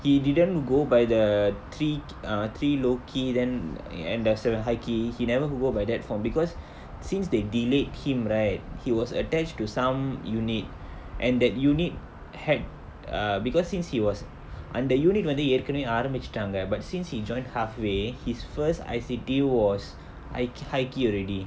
he didn't go by the three err three low key then e~ and there are seven high key he never go by that form because since they delayed him right he was attached to some unit and that unit had err because since he was அந்த:antha unit வந்து ஏற்கனவே ஆரம்பிசிடாங்க:vanthu etkanavae aarambichitaanga but since he joined halfway his first I_C_T was hi~ high key already